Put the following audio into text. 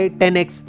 10x